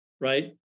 right